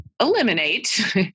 eliminate